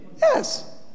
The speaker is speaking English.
Yes